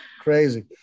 Crazy